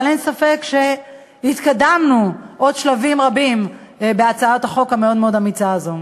אבל אין ספק שהתקדמנו עוד שלבים רבים בהצעת החוק המאוד-מאוד אמיצה הזו.